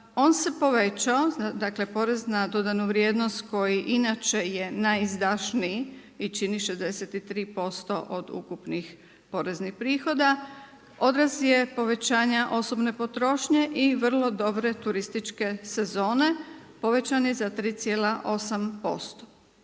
On se povećao, dakle porez na dodanu vrijednost koji inače je najizdašniji i čini 63% od ukupnih poreznih prihoda, odraz je povećanja osobne potrošnje i vrlo dobre turističke sezone. Povećan je za 3,8%.